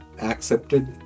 accepted